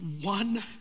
One